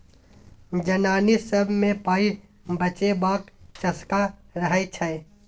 जनानी सब मे पाइ बचेबाक चस्का रहय छै